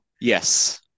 yes